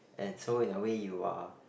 and so in a way you are